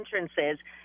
entrances